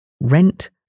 Rent